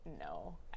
no